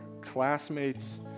classmates